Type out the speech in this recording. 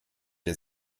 der